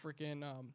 freaking